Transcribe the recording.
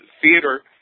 theater